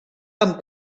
amb